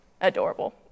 adorable